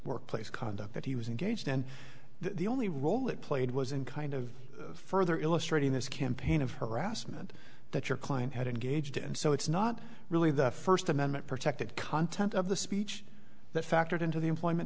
workplace conduct that he was engaged and the only role it played was in kind of further illustrating this campaign of harassment that your client had engaged in so it's not really the first amendment protected content of the speech that factored into the employment